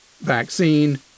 vaccine